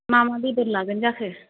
मा मा बेदर लागोन जाखो